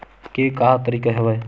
के का तरीका हवय?